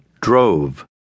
drove